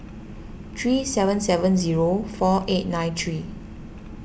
three seven seven zero four eight nine three